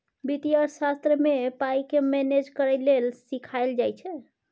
बित्तीय अर्थशास्त्र मे पाइ केँ मेनेज करय लेल सीखाएल जाइ छै